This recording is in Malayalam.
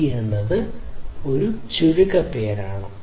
REST എന്നത് ഒരു ചുരുക്കപ്പേരാണ്